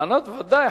לענות, ודאי.